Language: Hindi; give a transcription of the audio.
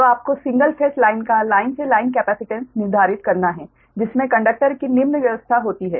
तो आपको सिंगल फेस लाइन का लाइन से लाइन कैपेसिटेंस निर्धारित करना है जिसमें कंडक्टर की निम्न व्यवस्था होती है